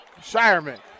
Shireman